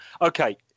Okay